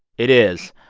it is,